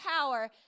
power